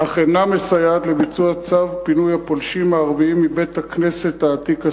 אך אינה מסייעת לביצוע צו פינוי הפולשים הערבים מבית-הכנסת העתיק הסמוך,